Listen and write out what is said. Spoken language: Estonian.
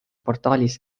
portaalis